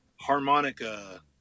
harmonica